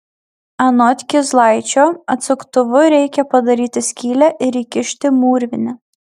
anot kizlaičio atsuktuvu reikia padaryti skylę ir įkišti mūrvinę